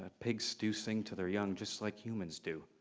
pigs do sing to their young, just like humans do.